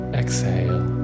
exhale